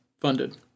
funded